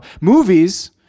Movies